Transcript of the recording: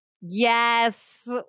yes